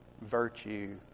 virtue